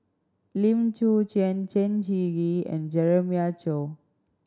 Lim Chwee Chian Chen Shiji and Jeremiah Choy